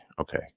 okay